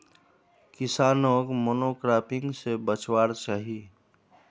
किसानोक मोनोक्रॉपिंग से बचवार चाही